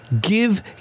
give